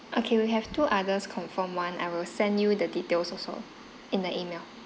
okay we'll have two others confirmed one I will send you the details also in the email